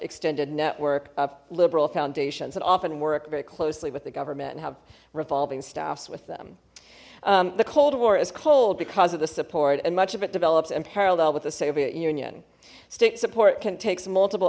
extended network of liberal foundations and often work very closely with the government and have revolving staffs with them the cold war is cold because of the support and much of it develops in parallel with the soviet union state support can takes multiple